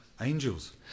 Angels